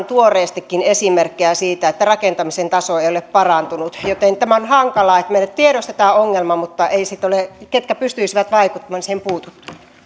tuoreitakin esimerkkejä siitä että rakentamisen taso ei ole parantunut joten tämä on hankalaa me tiedostamme ongelman mutta ne ketkä pystyisivät vaikuttamaan eivät siihen puutu